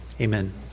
Amen